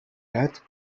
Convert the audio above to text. گیرد